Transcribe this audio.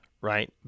right